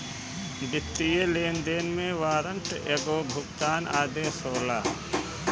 वित्तीय लेनदेन में वारंट एगो भुगतान आदेश होला